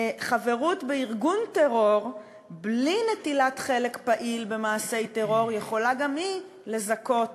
חברות בארגון טרור בלי נטילת חלק פעיל במעשי טרור יכולה גם היא לזכות